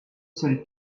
seule